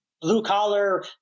blue-collar